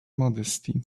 modesty